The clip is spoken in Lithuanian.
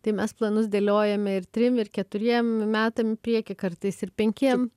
tai mes planus dėliojame ir trim ir keturiem metam į priekį kartais ir penkiem